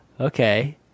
Okay